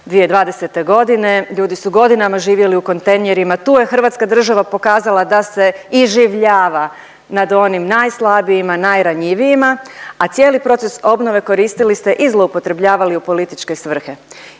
2020. g., ljudi su godinama živjeli u kontejnerima, tu je hrvatska država pokazala da se iživljava nad onim najslabijima, najranjivijima, a cijeli proces obnove koristili ste i zloupotrebljavali u političke svrhe.